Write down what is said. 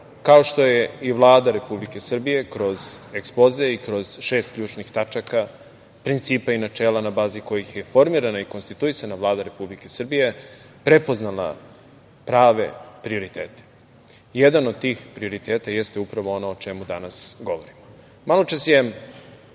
kao što je i Vlada Republike Srbije kroz ekspoze i kroz šest ključnih tačaka, principa i načela na bazi kojih je formirana i konstituisana Vlada Republike Srbije, prepoznala prave prioritete. Jedan od tih prioriteta jeste upravo ono o čemu danas govorimo. Malo